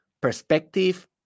perspective